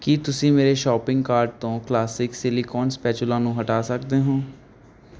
ਕੀ ਤੁਸੀਂ ਮੇਰੇ shopping cart ਤੋਂ ਕਲਾਸਿਕ ਸਿਲੀਕੋਨ ਸਪੈਚੁਲਾ ਨੂੰ ਹਟਾ ਸਕਦੇ ਹੋ